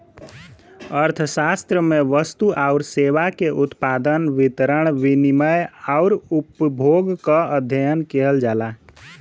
अर्थशास्त्र में वस्तु आउर सेवा के उत्पादन, वितरण, विनिमय आउर उपभोग क अध्ययन किहल जाला